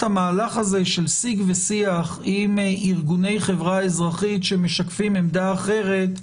המהלך של שיח עם ארגוני חברה אזרחית שמשקפים עמדה אחרת,